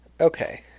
okay